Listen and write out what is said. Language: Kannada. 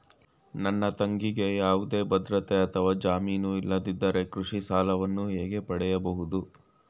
ನನ್ನ ತಂಗಿಗೆ ಯಾವುದೇ ಭದ್ರತೆ ಅಥವಾ ಜಾಮೀನು ಇಲ್ಲದಿದ್ದರೆ ಕೃಷಿ ಸಾಲವನ್ನು ಹೇಗೆ ಪಡೆಯಬಹುದು?